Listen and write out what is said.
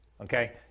okay